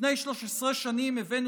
לפני 13 שנים הבאנו,